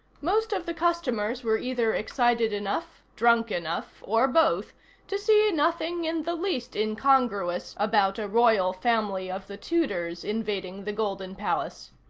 most of the customers were either excited enough, drunk enough, or both to see nothing in the least incongruous about a royal family of the tudors invading the golden palace.